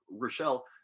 Rochelle